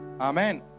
Amen